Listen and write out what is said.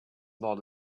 not